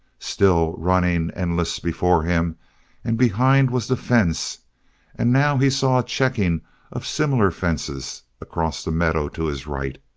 still running endless before him and behind was the fence and now he saw a checking of similar fences across the meadows to his right.